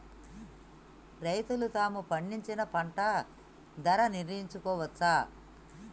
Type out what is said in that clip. రైతులు తాము పండించిన పంట ధర నిర్ణయించుకోవచ్చా?